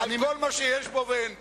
על כל מה שיש בו ואין בו.